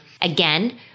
Again